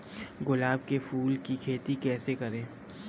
गुलाब के फूल की खेती कैसे करें?